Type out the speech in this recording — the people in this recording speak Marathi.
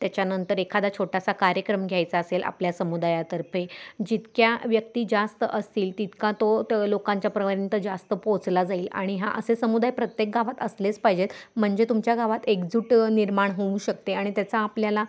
त्याच्यानंतर एखादा छोटासा कार्यक्रम घ्यायचा असेल आपल्या समुदायातर्फे जितक्या व्यक्ती जास्त असतील तितका तो त लोकांच्यापर्यंत जास्त पोचला जाईल आणि हा असे समुदाय प्रत्येक गावात असलेच पाहिजेत म्हणजे तुमच्या गावात एकजुट निर्माण होऊ शकते आणि त्याचा आपल्याला